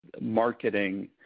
marketing